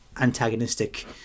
antagonistic